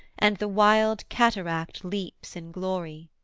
and the wild cataract leaps in glory.